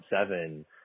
seven